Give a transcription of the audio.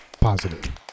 positive